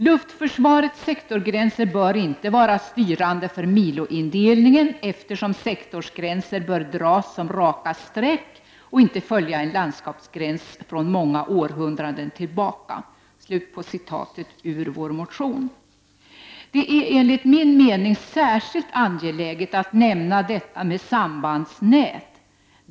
Luftförsvarets sektorsgränser bör inte vara styrande för miloindelningen, eftersom sektorsgränser bör dras som raka streck och inte följa en landskapsgräns från många århundraden tillbaka.” Enligt min mening är det särskilt angeläget att nämna detta med sambandsnät.